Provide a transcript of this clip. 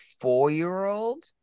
four-year-old